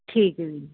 ਠੀਕ ਹੈ ਵੀਰ ਜੀ